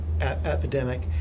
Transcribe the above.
epidemic